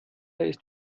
ist